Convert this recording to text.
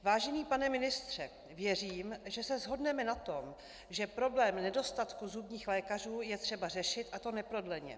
Vážený pane ministře, věřím, že se shodneme na tom, že problém nedostatku zubních lékařů je třeba řešit, a to neprodleně.